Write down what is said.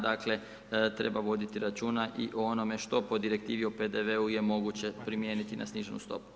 Dakle, treba voditi računa i o onome što po direktivi o PDV-u je moguće primijeniti na sniženu stopu.